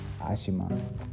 Ashima